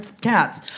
cats